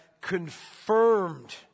confirmed